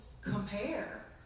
compare